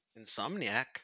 Insomniac